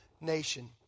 nation